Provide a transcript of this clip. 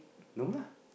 no lah